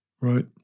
Right